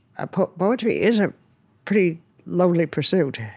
ah poetry is a pretty lonely pursuit.